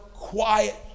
Quiet